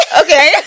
okay